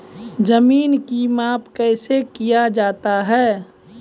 जमीन की माप कैसे किया जाता हैं?